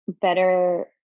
better